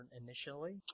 initially